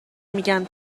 میگن